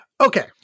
Okay